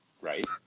right